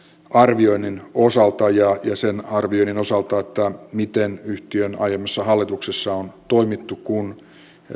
arvioinnin osalta ja sen arvioinnin osalta miten yhtiön aiemmissa hallituksissa on toimittu kun